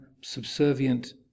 subservient